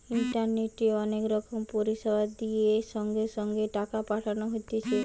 ইন্টারনেটে অনেক রকম পরিষেবা দিয়ে সঙ্গে সঙ্গে টাকা পাঠানো হতিছে